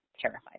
terrified